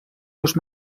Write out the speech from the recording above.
seus